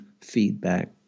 feedback